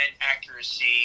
accuracy